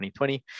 2020